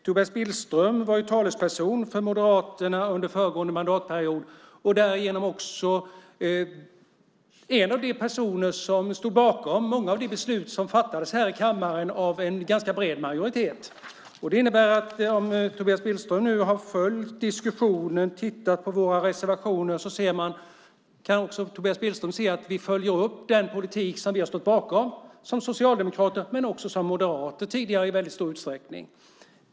Tobias Billström var talesperson för Moderaterna under föregående mandatperiod och därigenom också en av de personer som stod bakom många av de beslut som fattades här i kammaren av en bred majoritet. Det innebär att om Tobias Billström nu har följt diskussionen och tittat på våra reservationer kan han också se att vi följer upp den politik som vi har stått bakom, liksom moderater tidigare i väldigt stor utsträckning.